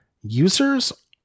users